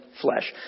flesh